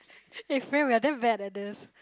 eh friend we are damn bad at this